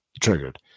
triggered